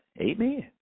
Amen